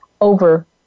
over